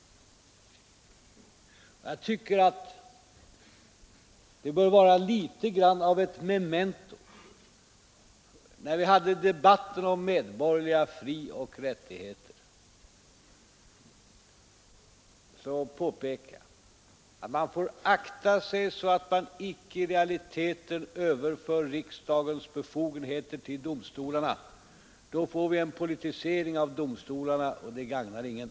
Jag tycker det bör vara något av ett memento vad som hände när vi förde debatten om medborgerliga frioch rättigheter. Då sade jag att vi får akta oss, så att vi inte i realiteten överför riksdagens befogenheter till domstolarna, ty därmed får vi en politisering av domstolarna, och det gagnar ingen.